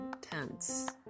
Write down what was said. tense